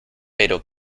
pero